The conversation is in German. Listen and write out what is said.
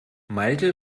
malte